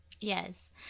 Yes